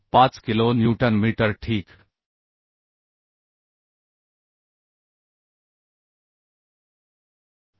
6375 kilo newton metre ठीक आहे